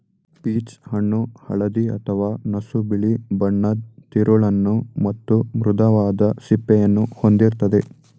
peach ಹಣ್ಣು ಹಳದಿ ಅಥವಾ ನಸುಬಿಳಿ ಬಣ್ಣದ್ ತಿರುಳನ್ನು ಮತ್ತು ಮೃದುವಾದ ಸಿಪ್ಪೆಯನ್ನು ಹೊಂದಿರ್ತದೆ